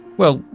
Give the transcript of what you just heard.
well,